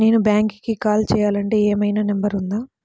నేను బ్యాంక్కి కాల్ చేయాలంటే ఏమయినా నంబర్ ఉందా?